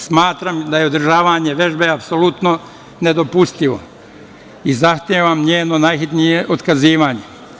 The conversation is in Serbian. Smatram da je održavanje vežbe apsolutno nedopustivo i zahtevam njeno najhitnije otkazivanje.